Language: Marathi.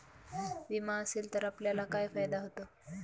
विमा असेल तर आपल्याला काय फायदा होतो?